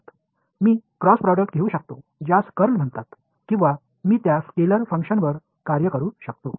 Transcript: அதேபோல் cross product எடுத்தால் அதன் பெயர் கர்ல் அழைக்கலாம் அல்லது இதனை ஒரு ஸ்கேலார் ஃபங்ஷன் ஆக செயல்பட வைக்க முடியும்